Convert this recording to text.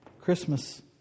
Christmas